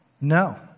No